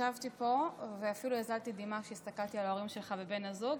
ישבתי פה ואפילו הזלתי דמעה כשהסתכלתי על ההורים שלך ועל בן הזוג,